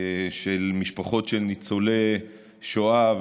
של משפחות של ניצולי שואה,